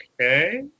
Okay